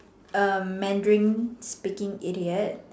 um Mandarin speaking idiot